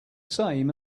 same